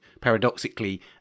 paradoxically